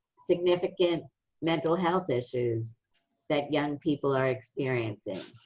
significant mental health issues that young people are experiencing,